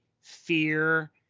fear